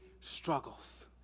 struggles